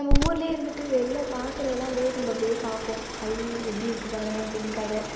நம்ப ஊர்லையே இருந்துகிட்டு வெளில பார்க்குறதெல்லாம் அப்படியே நம்ப அப்படியே பார்ப்போம் ஐ எப்படி இருக்குது பாரேன் அப்படினு கடை